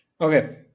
Okay